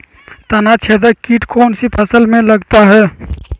तनाछेदक किट कौन सी फसल में लगता है?